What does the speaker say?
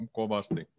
kovasti